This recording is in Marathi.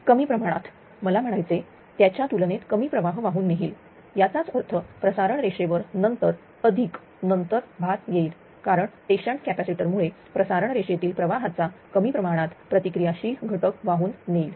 कमी प्रमाणात मला म्हणायचे त्याच्या तुलनेत कमी प्रवाह वाहून नेईल याचाच अर्थ प्रसारण रेषेवर नंतर अधिक नंतर भार येईल कारण ते शंट कॅपॅसिटर मुळे प्रसारण रेषेतील प्रवाहाचा कमी प्रमाणात प्रतिक्रिया शील घटक वाहून नेईल